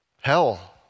hell